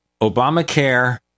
Obamacare